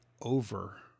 over